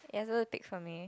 you're supposed to take from me